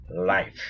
life